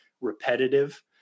repetitive